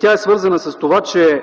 Тя е свързана с това, че